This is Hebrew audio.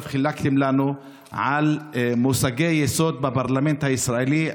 חילקתם לנו על מושגי יסוד בפרלמנט הישראלי,